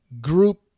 group